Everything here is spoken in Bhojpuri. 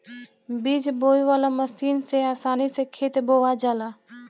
बीज बोवे वाला मशीन से आसानी से खेत बोवा जाला